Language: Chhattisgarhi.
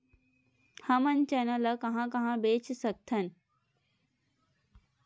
हमन चना ल कहां कहा बेच सकथन?